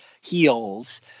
heels